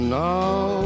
now